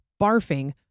barfing